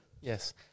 Yes